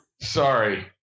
Sorry